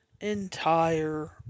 entire